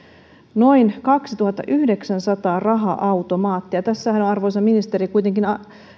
noin kaksituhattayhdeksänsataa raha automaattia tässähän on arvoisa ministeri kuitenkin